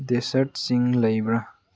ꯗꯦꯖꯔꯠꯁꯤꯡ ꯂꯩꯕ꯭ꯔꯥ